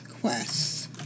quests